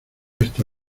esta